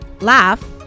laugh